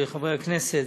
חברי הכנסת,